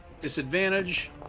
Disadvantage